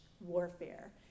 warfare